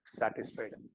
satisfied